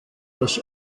das